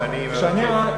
כשאני רואה,